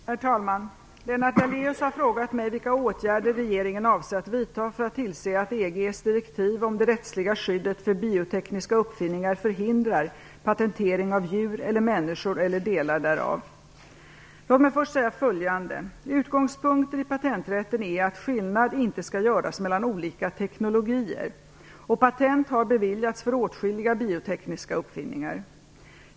Herr talman! Lennart Daléus har frågat mig vilka åtgärder regeringen avser att vidta för att tillse att EG:s direktiv om det rättsliga skyddet för biotekniska uppfinningar förhindrar patentering av djur eller människor eller delar därav. Låt mig först säga följande. Utgångspunkten i patenträtten är att skillnad inte skall göras mellan olika teknologier, och patent har beviljats för åtskilliga biotekniska uppfinningar.